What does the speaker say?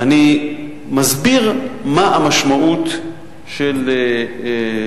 אני מציג את כל ארבעת, אני מקבל מה שאתה מציע.